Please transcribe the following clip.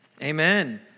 Amen